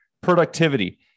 productivity